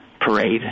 parade